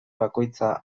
bakoitza